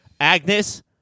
agnes